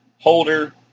holder